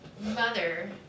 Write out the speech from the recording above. mother